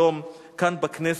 היום כאן בכנסת